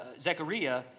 Zechariah